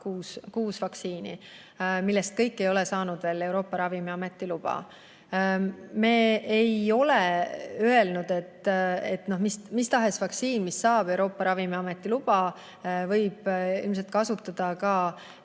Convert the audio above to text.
Kuus vaktsiini, millest kõik ei ole saanud veel Euroopa Ravimiameti luba. Mis tahes vaktsiini, mis saab Euroopa Ravimiameti loa, võib ilmselt kasutada ka